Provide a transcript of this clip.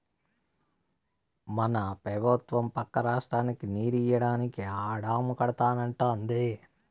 మన పెబుత్వం పక్క రాష్ట్రానికి నీరియ్యడానికే ఆ డాము కడతానంటాంది